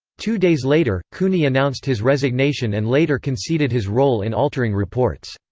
two days later, cooney announced his resignation and later conceded his role in altering reports.